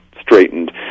straightened